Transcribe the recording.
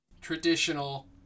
Traditional